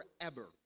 forever